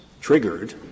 triggered